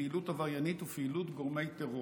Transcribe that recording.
פעילות עבריינית ופעילות גורמי טרור.